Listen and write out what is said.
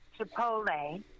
Chipotle